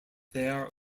their